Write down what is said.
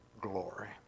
glory